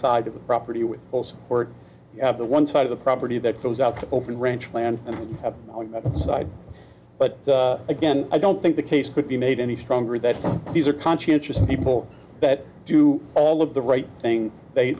side of the property with us or you have the one side of the property that goes out to open ranch plan and side but again i don't think the case could be made any stronger that these are conscientious people that do all of the right thing they